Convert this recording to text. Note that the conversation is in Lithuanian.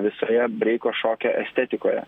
visoje breiko šokio estetikoje